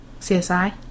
CSI